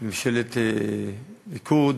ממשלת ליכוד,